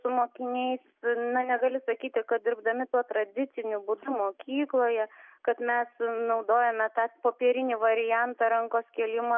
su mokiniais na negali sakyti kad dirbdami tuo tradiciniu būdu mokykloje kad mes naudojame tą popierinį variantą rankos kėlimą